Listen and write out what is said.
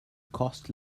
cost